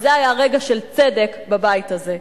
וזה היה רגע של צדק בבית הזה.